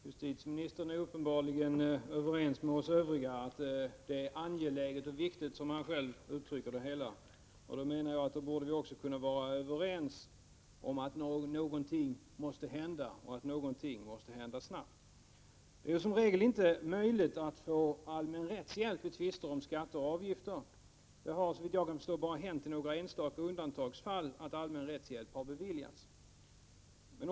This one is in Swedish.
Herr talman! Justitieministern är uppenbarligen överens med oss övriga debattörer om att detta är en, som han själv uttrycker det, angelägen och viktig fråga. Då borde vi också kunna vara överens om att någonting måste hända, och det snart. Det är som regel inte möjligt att få allmän rättshjälp i tvister om skatter och avgifter. Det har, såvitt jag kan förstå, bara hänt i några enstaka undantagsfall att allmän rättshjälp har beviljats.